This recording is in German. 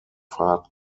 fahrt